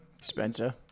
Spencer